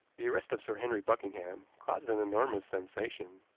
the arrest of sir henry buckingham caused an enormous sensation.